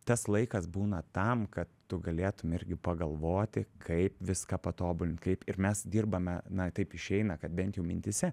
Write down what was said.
tas laikas būna tam kad tu galėtum irgi pagalvoti kaip viską patobulint kaip ir mes dirbame na taip išeina kad bent jau mintyse